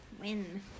Win